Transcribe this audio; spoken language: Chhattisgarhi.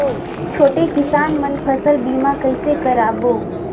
छोटे किसान मन फसल बीमा कइसे कराबो?